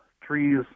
trees